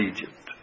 Egypt